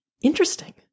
interesting